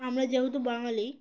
আমরা যেহেতু বাঙালি